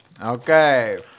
Okay